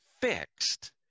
fixed